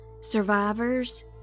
survivors